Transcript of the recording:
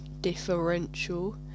differential